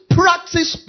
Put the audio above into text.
practice